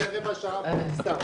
אנחנו נמצאים פה סתם